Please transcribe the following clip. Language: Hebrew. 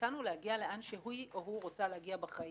מאיתנו להגיע שהיא או הוא רוצה להגיע בחיים,